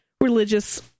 religious